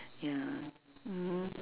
ya mmhmm